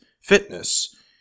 fitness